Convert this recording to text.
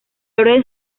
orden